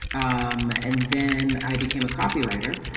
um and then i became a copywriter.